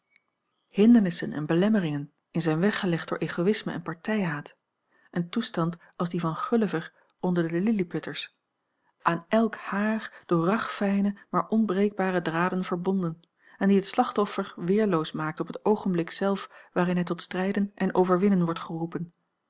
hindernissen en belemmeringen in zijn weg gelegd door egoïsme en partijhaat een toestand als die van gulliver onder de lilliputters aan elk haar door ragfijne maar onbreekbare draden verbonden en die het slachtoffer weerloos maakt op het oogenblik zelf waarin hij tot strijden en overwinnen wordt geroepen